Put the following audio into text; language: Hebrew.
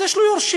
אז יש לו יורשים.